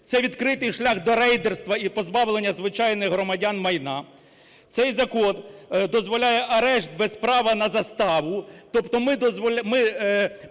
Це відкритий шлях до рейдерства і позбавлення звичайних громадян майна. Цей закон дозволяє арешт без права на заставу,